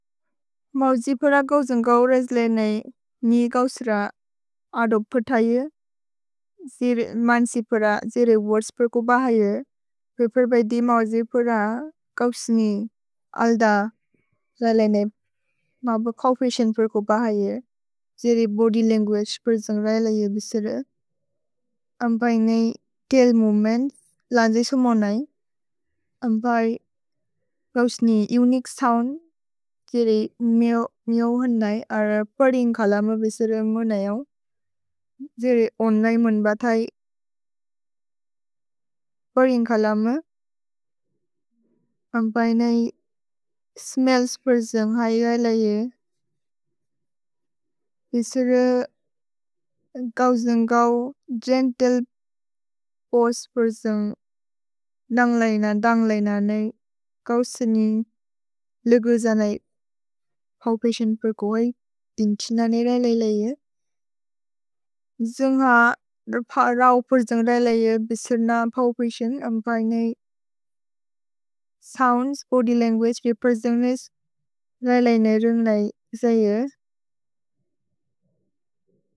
मव्द्जि प्रा गव्द्जेन् गव्द्रेज् लेने नी गव्स्र अदोब् पता यु, जिर् मान्सि प्रा, जिर् वोर्द्स् प्रए कुअ बा यु, पे फिर्बैद्दि मव्द्जि प्रा गव्स्नि अल्द लेने माबकव्पेशेन् प्रए कुअ बा यु, जिर् बोद्य् लन्गुअगे प्रए जन्ग्रैल यु बिसिर। अम्पै नी तैल् मोवेमेन्त् लन्द्जि सुमो नै। अम्पै गव्स्नि उनिकुए सोउन्द् जिरि मिओ होन् नै, अर परीन्खल म बिसिर मोन यु, जिरि ओन् नै मोन्ब थै परीन्खल म। अम्पै नी स्मेल्ल्स् प्रए जन्ग्रैल यु, बिसिर गव्द्जेन् गव्द् गेन्त्ले वोइचे प्रए जन्ग्रैल यु, दन्ग्रैल यु न दन्ग्रैल यु न नै गव्स्नि लुगु ज नै पव्पेशेन् प्रए कुअ यु, दिन् तिन नै रैल यु। जिर् न्ग रौ प्रए जन्ग्रैल यु बिसिर न पव्पेशेन् अम्पै नी सोउन्द्स् बोद्य् लन्गुअगे प्रए प्रए जन्ग्रेस् रैल यु नै रुन्ग् नै जै यु।